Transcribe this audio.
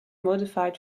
modified